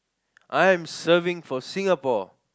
I'm serving for Singapore